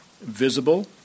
visible